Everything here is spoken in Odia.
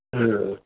ହଁ